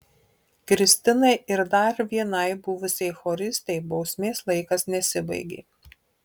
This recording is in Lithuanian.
kristinai ir dar vienai buvusiai choristei bausmės laikas nesibaigė